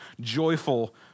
joyful